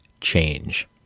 change